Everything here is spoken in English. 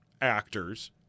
actors